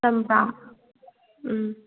ꯆꯝꯄ꯭ꯔꯥ